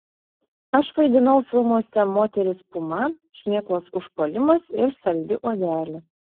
aš vaidinau filmuose moteris puma šmėklos užpuolimas ir saldi uogelė